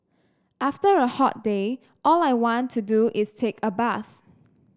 after a hot day all I want to do is take a bath